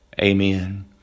amen